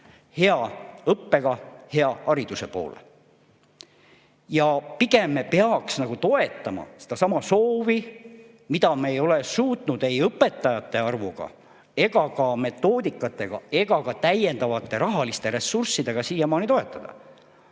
edasi minna hea hariduse poole. Pigem me peaks toetama seda soovi, mida me ei ole suutnud ei õpetajate arvuga, metoodikatega ega ka täiendavate rahaliste ressurssidega siiamaani toetada.